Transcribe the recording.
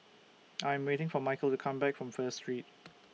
I Am waiting For Michael to Come Back from First Street